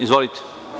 Izvolite.